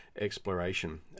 exploration